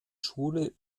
schule